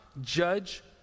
judge